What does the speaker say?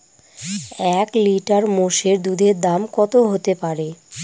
এক লিটার মোষের দুধের দাম কত হতেপারে?